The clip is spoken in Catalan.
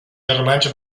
germans